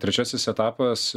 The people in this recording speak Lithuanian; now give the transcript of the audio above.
trečiasis etapas